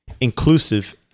Inclusive